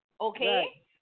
okay